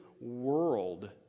world